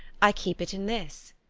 i keep it in this.